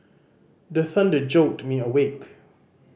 the thunder jolt me awake